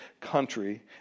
country